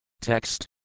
Text